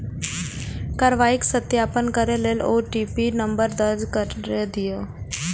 कार्रवाईक सत्यापन करै लेल ओ.टी.पी नंबर दर्ज कैर दियौ